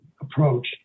approach